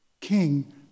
King